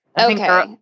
Okay